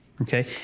Okay